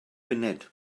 funud